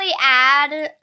add